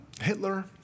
Hitler